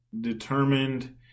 determined